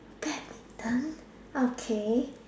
badminton okay